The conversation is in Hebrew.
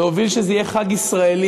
להוביל שזה יהיה חג ישראלי.